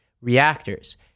reactors